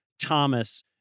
Thomas